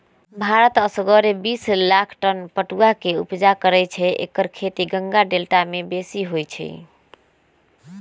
भारत असगरे बिस लाख टन पटुआ के ऊपजा करै छै एकर खेती गंगा डेल्टा में बेशी होइ छइ